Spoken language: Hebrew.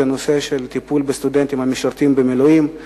כמובן נושא הטיפול בסטודנטים המשרתים במילואים.